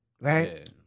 right